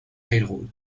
railroad